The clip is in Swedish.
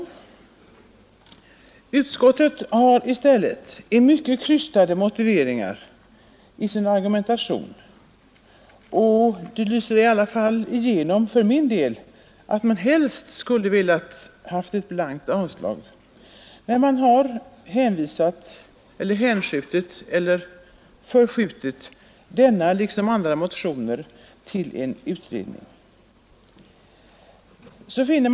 Skatteutskottet har i stället med mycket krystade motiveringar i sin argumentation — det lyser i alla fall igenom för min del — egentligen velat säga att man helst önskade ha ett blankt avslag när man har hänvisat, hänskjutit eller ”förskjutit” denna liksom andra motioner till en utredning för kännedom.